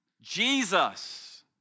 Jesus